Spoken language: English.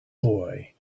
boy